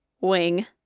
wing